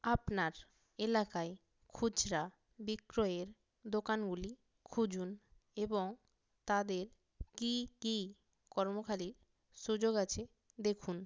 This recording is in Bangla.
আপনার এলাকায় খুচরা বিক্রয়ের দোকানগুলি খুঁজুন এবং তাদের কী কী কর্মখালির সুযোগ আছে দেখুন